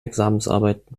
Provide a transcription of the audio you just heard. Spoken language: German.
examensarbeit